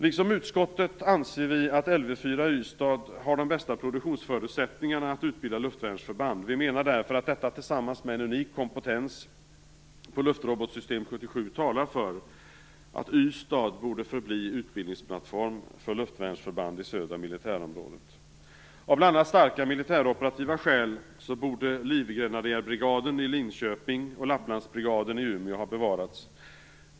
Liksom utskottet anser vi att Lv4 i Ystad har de bästa produktionsförutsättningarna att utbilda luftvärnsförband. Vi menar därför att detta tillsammans med en unik kompetens på luftrobotsystemet RBS77 talar för att Ystad borde förbli utbildningsplattform för luftvärnsförband i södra militärområdet. Av bl.a. starka mililtäroperativa skäl borde Livgrenadjärbrigaden i Linköping och Lapplandsbrigaden i Umeå ha bevarats.